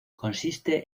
consiste